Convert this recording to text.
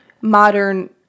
modern